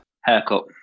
Haircut